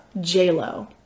J-Lo